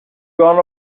gone